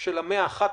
של המאה ה-11,